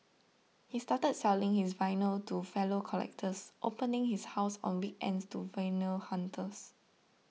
he started selling his vinyls to fellow collectors opening up his house on weekends to vinyl hunters